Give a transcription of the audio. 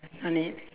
no need